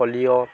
polio